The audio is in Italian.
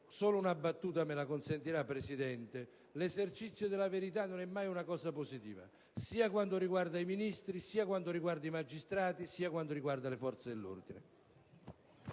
solo una battuta, signora Presidente: l'esercizio della verità non è mai una cosa positiva, sia quando riguarda i Ministri, sia quando riguarda i magistrati, sia quando riguarda le forze dell'ordine.